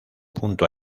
punto